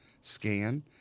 scan